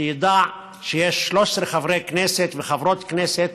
שידע שיש 13 חברי וחברות כנסת